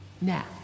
Now